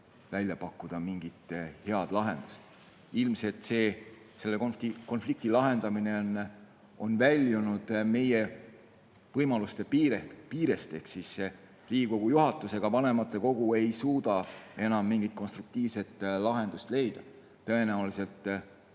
välja pakkuda mingit head lahendust. Ilmselt selle konflikti lahendamine on väljunud meie võimaluste piirest ehk ei Riigikogu juhatus ega vanematekogu ei suuda enam mingit konstruktiivset lahendust leida. Tõenäoliselt meil